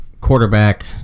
quarterback